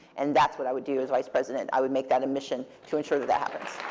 and that's what i would do as vice president. i would make that a mission to ensure that that happens.